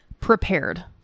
prepared